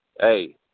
hey